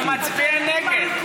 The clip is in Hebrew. הוא מצביע נגד.